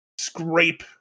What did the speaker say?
scrape